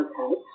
Okay